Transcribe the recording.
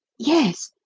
yes,